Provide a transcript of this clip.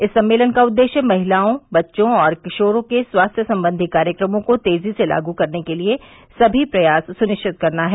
इस सम्मेलन का उद्देश्य महिलाओं बच्चों और किशोरों के स्वास्थ्य संबंधी कार्यक्रमों को तेजी से लागू करने के लिए समी प्रयास सुनिश्चित करना है